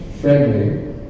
friendly